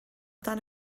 dan